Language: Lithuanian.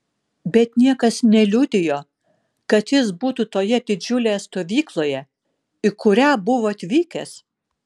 bet niekas neliudijo kad jis būtų toje didžiulėje stovykloje į kurią buvo atvykęs